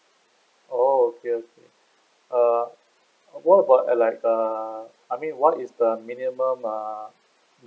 oh okay okay uh what about like err I mean what is the minimum uh